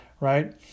right